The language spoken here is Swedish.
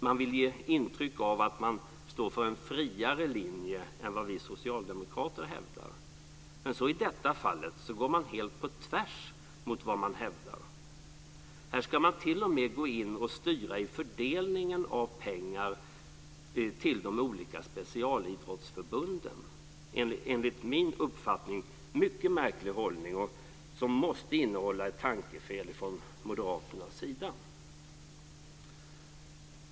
Man vill ge intryck av att man står för en friare linje än vad vi socialdemokrater gör. Men i det här fallet går man helt på tvärs mot vad man hävdar i andra fall. Här ska man t.o.m. gå in och styra i fördelningen av pengar till de olika specialidrottsförbunden. Enligt min uppfattning är det en mycket märklig hållning som måste innehålla ett tankefel från Moderaternas sida.